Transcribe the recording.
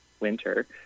winter